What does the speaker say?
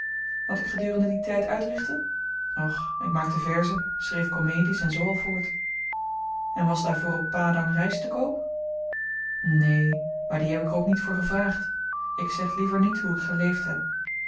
wat ik gedurende dien tyd uitrichtte och ik maakte verzen schreef komedies en zoo al voort en was daarvoor op padang ryst te koop neen maar die heb ik er ook niet voor gevraagd ik zeg liever niet hoe ik geleefd heb